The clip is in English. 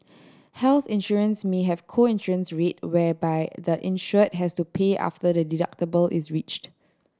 health insurance may have a co insurance rate whereby the insured has to pay after the deductible is reached